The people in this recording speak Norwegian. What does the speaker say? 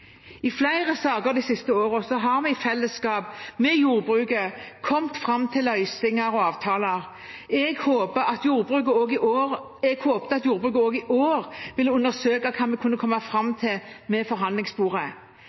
flere saker de siste årene har vi i fellesskap med jordbruket kommet fram til løsninger og avtaler. Jeg håpet at jordbruket også i år ville undersøke hva vi kunne kommet fram til ved forhandlingsbordet. Jeg var forhandlingsdyktig på alle elementer i